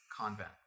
convent